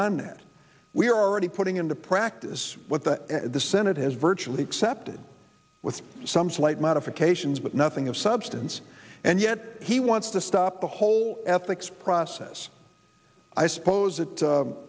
d that we are already putting into practice what the senate has virtually accepted with some slight modifications but nothing of substance and yet he wants to stop the whole ethics process i suppose that